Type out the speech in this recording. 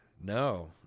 no